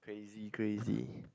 crazy crazy